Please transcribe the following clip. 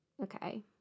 okay